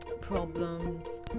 problems